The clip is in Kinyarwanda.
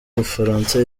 bufaransa